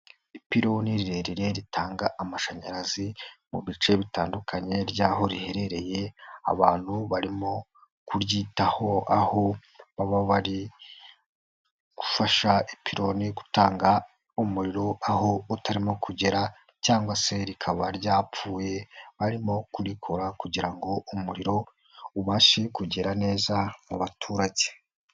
Ipiloni rirerire ritanga amashanyarazi mu bice bitandukanye by'aho riherereye, abantu barimo kuryitaho aho baba bari gufasha ipiloni gutanga umuriro aho utarimo kugera cyangwa se rikaba ryapfuye, barimo kurikora kugira ngo umuriro ubashe kugera neza mu baturage.